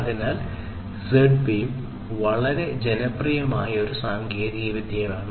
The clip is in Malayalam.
അതിനാൽ Z വേവ് വളരെ ജനപ്രിയമായ ഒരു സാങ്കേതികവിദ്യയാണ്